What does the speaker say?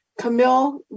Camille